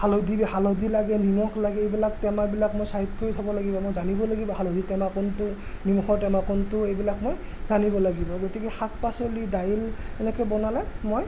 হালধি হালধি লাগে নিমখ লাগে এইবিলাক টেমাবিলাক মই চাইড কৰি থ'ব লাগিব মই জানিব লাগিব হালধি টেমা কোনটো নিমখৰ টেমা কোনটো এইবিলাক মই জানিব লাগিব গতিকে শাক পাচলি দাইল এনেকৈ বনালে মই